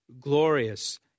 glorious